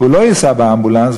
הוא לא ייסע באמבולנס,